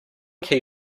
key